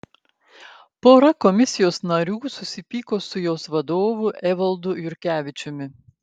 pora komisijos narių susipyko su jos vadovu evaldu jurkevičiumi